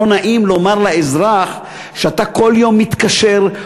לא נעים לומר לאזרח שאתה כל יום מתקשר,